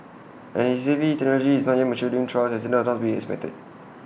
as A V technology is not yet maturing trials accidents are not to be unexpected